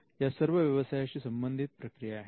या सर्व व्यवसायाशी संबंधित प्रक्रिया आहेत